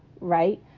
right